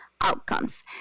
outcomes